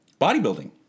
bodybuilding